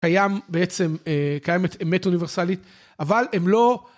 קיים בעצם, קיימת אמת אוניברסלית, אבל הם לא...